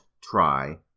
try